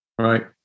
Right